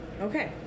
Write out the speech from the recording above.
Okay